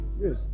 Yes